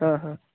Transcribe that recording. ᱦᱚᱸ ᱦᱚᱸ